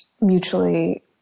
mutually